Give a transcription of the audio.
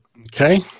Okay